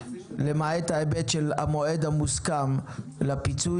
למעט ההיבט של המועד המוסכם לפיצוי